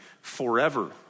forever